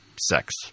sex